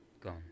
gone